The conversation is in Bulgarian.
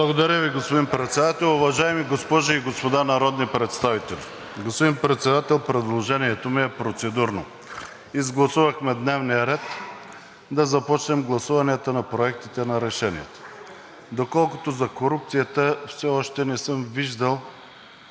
Благодаря Ви, господин Председател. Уважаеми госпожи и господа народни представители! Господин Председател, предложението ми е процедурно. Изгласувахме дневния ред, да започнем гласуванията на проектите на решенията. Колкото за корупцията, все още не съм виждал